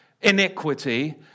iniquity